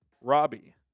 Robbie